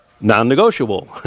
non-negotiable